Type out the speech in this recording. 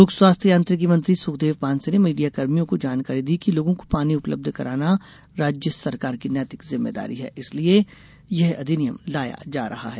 लोक स्वास्थ्य यांत्रिकी मंत्री सुखदेव पांसे ने मीडियाकर्मियों को जानकारी दी कि लोगों को पानी उपलब्ध कराना राज्य सरकार की नैतिक जिम्मेदारी है इसलिए यह अधिनियम लाया जा रहा है